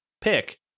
pick